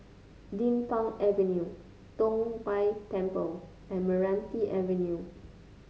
Din Pang Avenue Tong Whye Temple and Meranti Avenue